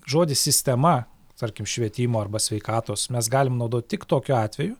žodis sistema tarkim švietimo arba sveikatos mes galim naudot tik tokiu atveju